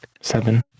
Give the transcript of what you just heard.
Seven